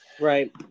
Right